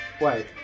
Wait